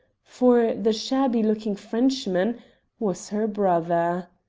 for the shabby-looking frenchman was her brother.